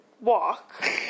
walk